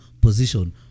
position